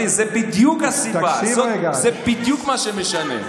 מה שבחדר, נשאר בחדר.